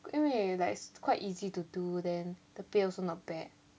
因为 like quite easy to do then the pay also not bad